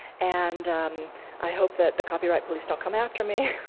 and i hope that the copyright police don't come after me,